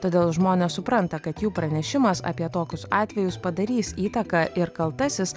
todėl žmonės supranta kad jų pranešimas apie tokius atvejus padarys įtaką ir kaltasis